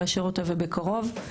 קודם כול תיעזרו בשומר החדש.